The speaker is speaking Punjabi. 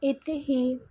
ਇੱਥੇ ਹੀ